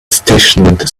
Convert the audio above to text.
stationed